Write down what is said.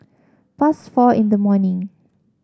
past four in the morning